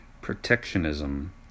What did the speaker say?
protectionism